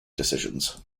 decisions